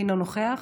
אינו נוכח,